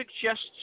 suggests